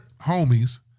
homies